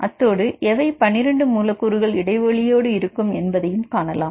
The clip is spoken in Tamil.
அத்தோடு எவை 12 மூலக்கூறுகள் இடைவெளியோடு இருக்கும் என்பதையும் காணலாம்